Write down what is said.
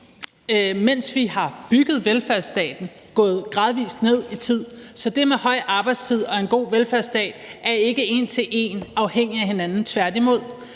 mens vi har bygget velfærdsstaten, gået gradvis ned i tid, så det med høj arbejdstid og en god velfærdsstat er ikke en til en afhængige af hinanden, tværtimod.